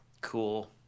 Cool